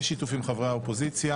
בשיתוף עם חברי האופוזיציה